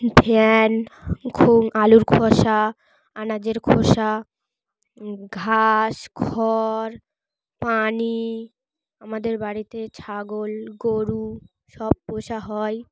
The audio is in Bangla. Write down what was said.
ফ্যান ঘ আলুর খোসা আনাজের খোসা ঘাস খড় পানি আমাদের বাড়িতে ছাগল গরু সব পোষা হয়